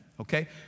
Okay